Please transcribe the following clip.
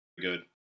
good